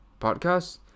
podcast